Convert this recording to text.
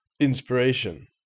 inspiration